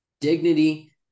dignity